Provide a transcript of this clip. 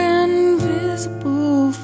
invisible